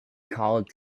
called